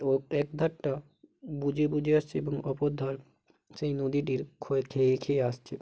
ও এক ধারটা বুজে বুজে আসছে এবং অপর ধার সেই নদীটির ক্ষয় খেয়ে খেয়ে আসছে